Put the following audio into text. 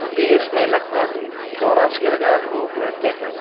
देश में लगभग चौरासी हज़ार लोग रहते हैं